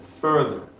further